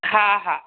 हा हा